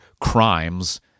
crimes